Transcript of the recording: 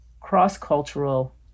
cross-cultural